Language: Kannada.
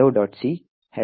c hello